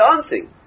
dancing